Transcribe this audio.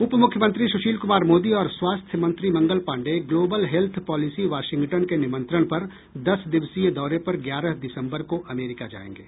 उपमुख्यमंत्री सुशील कुमार मोदी और स्वास्थ्य मंत्री Mangal Pandey global health policy Washington के निमंत्रण पर दस दिवसीय दौरे पर ग्यारह दिसम्बर को अमेरिका जाएंगे